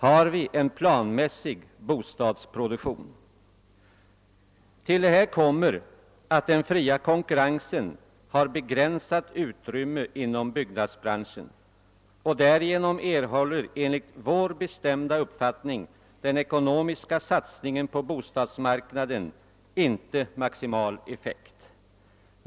Har vi en plan Därtill kommer att den fria konkurrensen har begränsat utrymme inom byggnadsproduktionen och enligt vår bestämda uppfattning erhåller därför inte den ekonomiska satsningen på bostadsmarknaden maximal effekt.